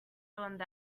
turned